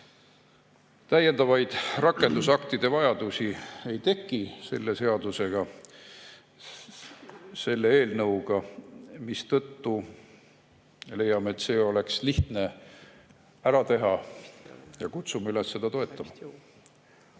Täiendavaid rakendusaktide vajadusi ei teki selle seaduseelnõuga, mistõttu leiame, et see oleks lihtne ära teha. Kutsume üles seda toetama.